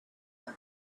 them